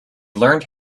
learned